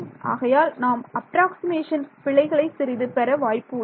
ஆகையால் நாம் அப்ராக்ஸிமேஷன் பிழைகளை சிறிது பெற வாய்ப்பு உள்ளது